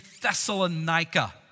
Thessalonica